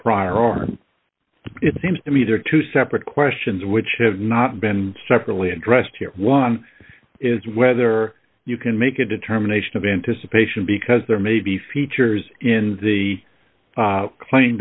art it seems to me there are two separate questions which have not been separately addressed here one is whether you can make a determination of anticipation because there may be features in the claim